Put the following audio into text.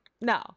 no